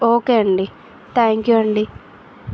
okay అండి thank you అండి